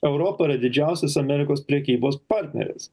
europa yra didžiausias amerikos prekybos partneris